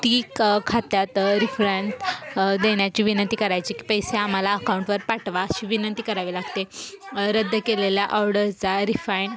ती क खात्यात रिफ्रां देण्याची विनंती करायची की पैसे आम्हाला अकाऊंटवर पाठवा अशी विनंती करावी लागते रद्द केलेल्या ऑर्डर्सचा रिफाईंड